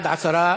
בעד, עשרה,